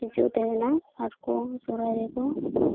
ᱦᱤᱡᱩᱜ ᱛᱟᱦᱮᱸᱱᱟ ᱟᱨᱠᱩ ᱥᱚᱦᱚᱨᱟᱭ ᱨᱮᱠᱩ